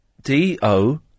D-O